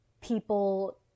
people